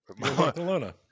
Barcelona